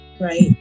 right